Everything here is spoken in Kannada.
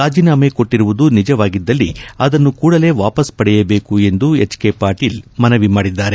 ರಾಜೀನಾಮೆ ಕೊಟ್ಟರುವುದು ನಿಜವಾಗಿದ್ದಲ್ಲಿ ಅದನ್ನು ಕೂಡಲೇ ವಾಪಸ್ ಪಡೆಯಬೇಕು ಎಂದು ಹೆಚ್ ಕೆ ಪಾಟೀಲ್ ಮನವಿ ಮಾಡಿದ್ದಾರೆ